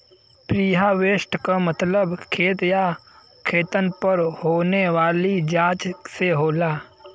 preharvest क मतलब खेत या खेतन पर होने वाली जांच से होला